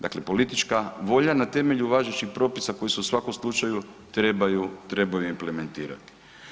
Dakle politička volja na temelju važećih propisa koji se u svakom slučaju trebaju implementirati.